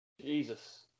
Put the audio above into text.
Jesus